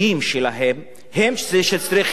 הם שצריכים להרתיע אותם.